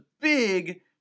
big